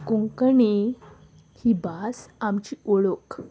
कोंकणी ही भास आमची ओळख